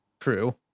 true